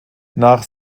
nach